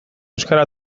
euskara